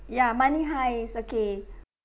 ya money heist okay